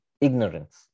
ignorance